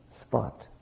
spot